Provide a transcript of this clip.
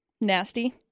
Nasty